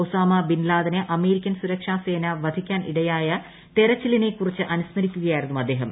Osama ബിൽലാദനെ American സുരക്ഷാ സേന വധിക്കാൻ ഇടയായ തെരച്ചിലിനെക്കുറിച്ച് അനുസ്മരിക്കുകയായിരുന്നു അദ്ദേഹം